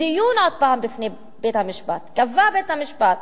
עוד פעם, בדיון בפני בית-המשפט קבע בית-המשפט,